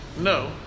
No